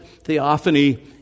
theophany